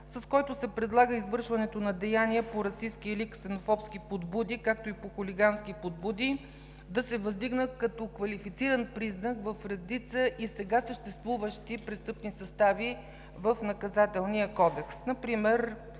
с който се предлага извършването на деяния по расистки или ксенофобски подбуди, както и по хулигански подбуди, да се въздигнат като квалифициран признак в редица и сега съществуващи престъпни състави в Наказателния кодекс